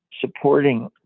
supporting